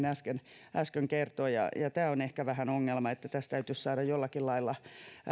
äsken äsken kertoi ja ja tämä on ehkä vähän ongelma tässä täytyisi saada jollakin lailla